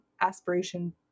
aspiration